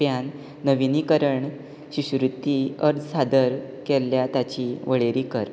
प्यान नविनीकरण शिश्यवृत्ती अर्ज सादर केल्या ताची वळेरी कर